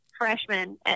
freshman